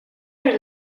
are